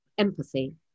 empathy